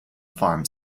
farm